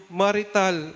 marital